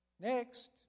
Next